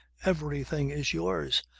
everything is yours.